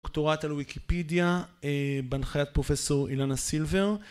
דוקטורט על ויקיפדיה בהנחיית פרופסור אילנה סילבר